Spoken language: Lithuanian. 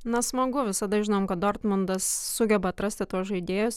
na smagu visada žinom kad dortmundas sugeba atrasti tuos žaidėjus